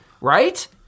right